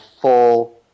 full